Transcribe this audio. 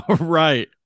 Right